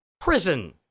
Prison